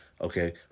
okay